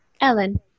Ellen